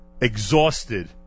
exhausted